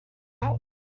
out